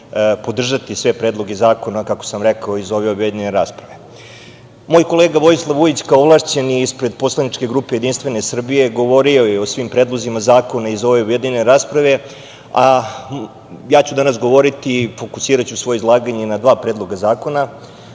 podržati sve predloge zakona, kako sam rekao, iz ove objedinjene rasprave. Moj kolega Vojislav Vujić kao ovlašćeni ispred poslaničke grupe JS govorio je o svim predlozima zakona iz ove objedinjene rasprave, a ja ću danas govoriti i fokusiraću svoje izlaganje na dva predloga zakona.